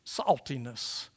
saltiness